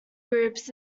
groups